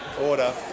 Order